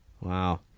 Wow